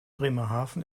bremerhaven